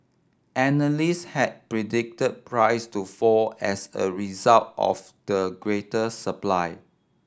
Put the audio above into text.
analyst had predicted price to fall as a result of the greater supply